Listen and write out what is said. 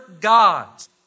gods